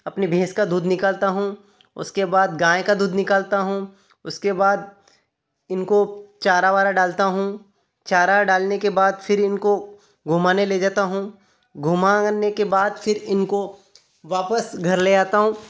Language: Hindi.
अपनी भैंस का दूध निकालता हूँ उसके बाद गाय का दूध निकालता हूँ उसके बाद इनको चारा वारा डालता हूँ चारा डालने के बाद फिर इनको घूमाने ले जाता हूँ घूमाने के बाद फिर इनको वापस घर ले आता हूँ